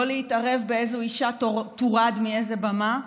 לא להתערב באיזו אישה תורד מאיזו במה,